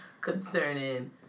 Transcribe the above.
concerning